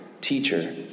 teacher